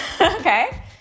okay